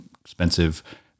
expensive